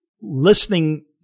listening